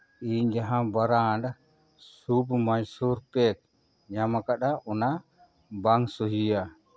ᱤᱧ ᱡᱟᱦᱟᱸ brand soap Mysore pack ᱧᱟᱢ ᱟᱠᱟᱫᱟ ᱚᱱᱟ ᱵᱟᱝ ᱥᱩᱦᱤᱭᱟ